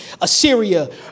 Assyria